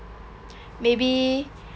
maybe